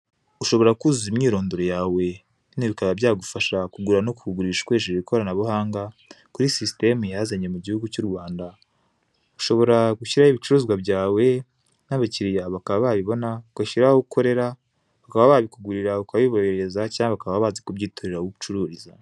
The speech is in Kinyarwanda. Ushobora kuzuza imyirondoro yawe, nanone bikaba byagufasha kugura no kugurisha ukoresheje ikoranabuhanga kuri sisiteme yazanye mu gihugu cy'u Rwanda, ushobora gushyiraho ibicuruzwa byawe n'abakiliya bakaba babibona ugashyiraho aho ukorera, bakaba babikugurira ukabiboherereza cyangwa bakaba baza kubyitorera aho ucururiza.